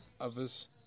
others